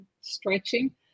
stretching